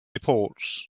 reports